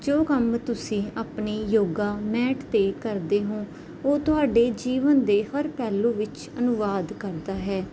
ਜੋ ਕੰਮ ਤੁਸੀਂ ਆਪਣੇ ਯੋਗਾ ਮੈਟ 'ਤੇ ਕਰਦੇ ਹੋ ਉਹ ਤੁਹਾਡੇ ਜੀਵਨ ਦੇ ਹਰ ਪਹਿਲੂ ਵਿੱਚ ਅਨੁਵਾਦ ਕਰਦਾ ਹੈ